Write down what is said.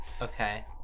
Okay